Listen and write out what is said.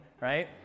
right